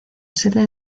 sede